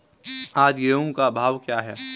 आज गेहूँ का भाव क्या है?